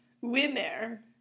Winner